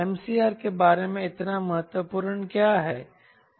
MCR के बारे में इतना महत्वपूर्ण क्या है